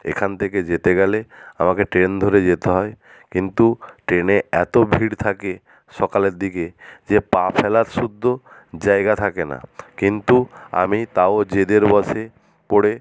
এখান থেকে যেতে গেলে আমাকে ট্রেন ধরে যেতে হয় কিন্তু ট্রেনে এত ভিড় থাকে সকালের দিকে যে পা ফেলার শুধু জায়গা থাকে না কিন্তু আমি তাও জেদের বশে পড়ে